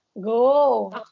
Go